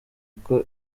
uko